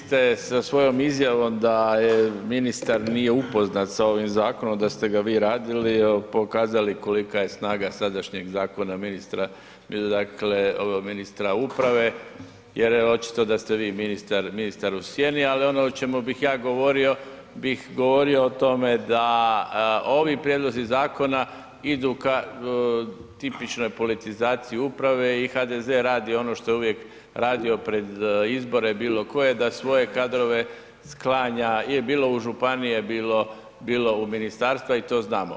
Poštovani g. tajniče, vi ste sa svojom izjavom da je ministar nije upoznat sa ovim zakonom da ste ga vi radili, pokazali kolika je snaga sadašnjeg zakona ministra, dakle ministra uprave jer je očito da ste vi ministar u sjeni, ali ono o čemu bit ja govorio bih govorio o tome da ovi prijedlozi zakona idu ka tipičnoj politizaciji uprave i HDZ radi ono što je uvijek radio pred izbore, bilo koje da svoje kadrove sklanja, bilo u županije, bilo u ministarstva i to znamo.